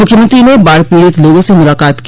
मुख्यमंत्री ने बाढ़ पीड़ित लोगों से मुलाकात की